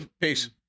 peace